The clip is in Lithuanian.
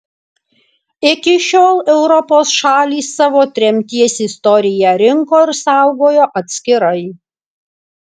iki šiol europos šalys savo tremties istoriją rinko ir saugojo atskirai